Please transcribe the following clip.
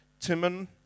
Timon